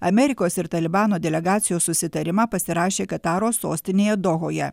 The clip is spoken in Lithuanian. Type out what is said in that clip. amerikos ir talibano delegacijos susitarimą pasirašė kataro sostinėje dohoje